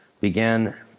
began